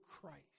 Christ